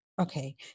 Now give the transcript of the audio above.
Okay